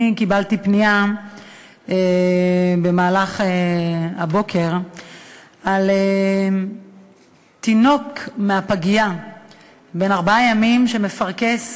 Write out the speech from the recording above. קיבלתי פנייה במהלך הבוקר על תינוק בן ארבעה ימים בפגייה שמפרכס